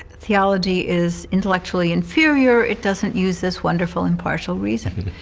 theology is intellectually inferior. it doesn't use this wonderful impartial reason.